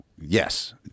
yes